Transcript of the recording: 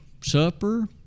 supper